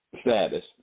status